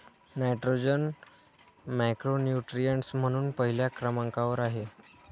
nitrogen macronutrient म्हणून पहिल्या क्रमांकावर आहे